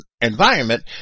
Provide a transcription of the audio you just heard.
environment